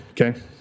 Okay